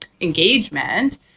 engagement